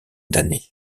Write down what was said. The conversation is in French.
d’années